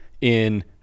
in-